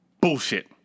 Bullshit